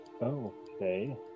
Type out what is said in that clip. okay